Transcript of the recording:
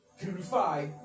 purify